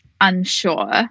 unsure